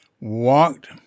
walked